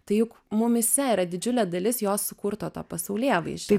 tai juk mumyse yra didžiulė dalis jos sukurto to pasaulėvaizdžio